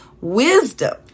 wisdom